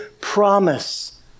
promise